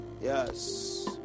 Yes